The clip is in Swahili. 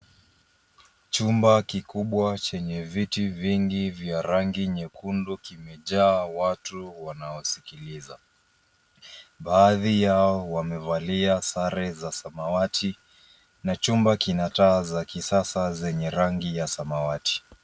Chumba kikubwa chenye viti vingi vya rangi nyekundu kimejaa watu wanaosikiliza. Baadhi yao wamevalia sare za samawati na chumba kina taa za kisasa zenye rangi ya samawati.